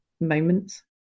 moments